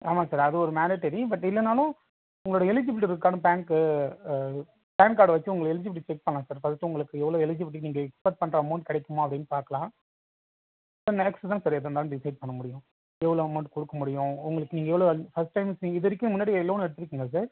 ஆமாம் சார் அது ஒரு மேனிட்டரி பட் இல்லைனாலும் உங்களோட எலிஜிபிள் இருக்கான்னு பேங்க்கு பேன் கார்டு வச்சு உங்களுக்கு எலிஜிபிளிட்டி செக் பண்ணலாம் சார் ஃபர்ஸ்ட்டு உங்களுக்கு எவ்வளோ எலிஜிபிளிட்டி நீங்கள் எக்ஸ்பர்ட் பண்ணுற அமௌண்ட் கிடைக்குமா அப்படின்னு பார்க்கலாம் அப்புறம் நெக்ஸ்ட் தான் சார் எதா இருந்தாலும் டிசைட் பண்ண முடியும் எவ்வளோ அமௌண்ட் கொடுக்க முடியும் உங்களுக்கு நீங்கள் எவ்வளோ ஃபர்ஸ்ட் டைம் நீங்கள் இதுவரைக்கும் முன்னாடி லோன் எடுத்துருக்கீங்களா சார்